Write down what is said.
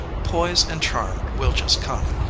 poise and charm will just come.